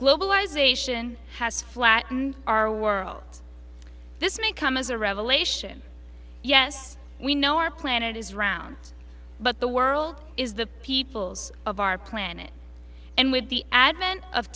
globalization has flattened our world this may come as a revelation yes we know our planet is round but the world is the peoples of our planet and with the advent of